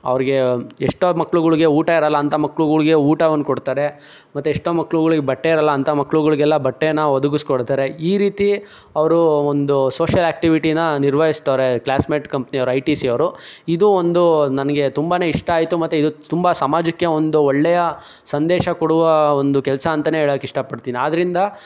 ಅವರಿಗೆ ಎಷ್ಟೋ ಮಕ್ಕಳುಗಳಿಗೆ ಊಟ ಇರಲ್ಲ ಅಂಥ ಮಕ್ಕಳುಗಳಿಗೆ ಊಟವನ್ನು ಕೊಡ್ತಾರೆ ಮತ್ತು ಎಷ್ಟೋ ಮಕ್ಕಳುಗಳಿಗೆ ಬಟ್ಟೆ ಇರಲ್ಲ ಅಂತ ಮಕ್ಕಳುಗಳಿಗೆಲ್ಲ ಬಟ್ಟೆನ ಒದಗಿಸ್ಕೊಡ್ತಾರೆ ಈ ರೀತಿ ಅವರು ಒಂದು ಸೋಷಿಯಲ್ ಆಕ್ಟಿವಿಟಿನ ನಿರ್ವಹಿಸ್ತವ್ರೆ ಕ್ಲಾಸ್ಮೇಟ್ ಕಂಪ್ನಿಯವರು ಐ ಟಿ ಸಿಯವರು ಇದು ಒಂದು ನನಗೆ ತುಂಬನೇ ಇಷ್ಟ ಆಯಿತು ಮತ್ತು ಇದು ತುಂಬ ಸಮಾಜಕ್ಕೆ ಒಂದು ಒಳ್ಳೆಯ ಸಂದೇಶ ಕೊಡುವ ಒಂದು ಕೆಲಸ ಅಂತಲೇ ಹೇಳೋಕ್ಕೆ ಇಷ್ಟಪಡ್ತೀನಿ ಆದ್ದರಿಂದ